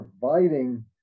providing